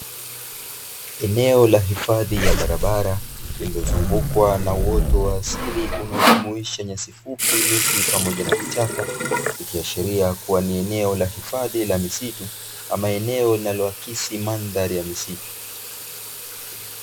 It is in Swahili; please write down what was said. Eneo la hifadhi ya barabara lililozungukwa na uoto wa asili unao jumuisha nyasi fupi, miti pamoja na vichaka ikiashiria kuwa ni eneo la hifadhi la misitu ama eneo linaloakisi mandhari ya misitu.